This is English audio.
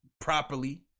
properly